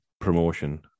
promotion